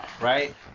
right